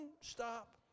stop